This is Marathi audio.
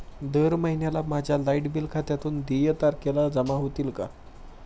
दर महिन्याला माझ्या लाइट बिल खात्यातून देय तारखेला जमा होतील का?